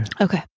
Okay